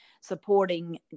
supporting